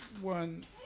One